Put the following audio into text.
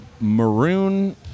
maroon